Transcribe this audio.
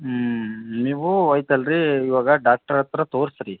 ಹ್ಞೂ ನೀವು ಹೋಯ್ತಲ್ ರೀ ಇವಾಗ ಡಾಕ್ಟರ್ ಹತ್ರ ತೋರ್ಸಿ ರೀ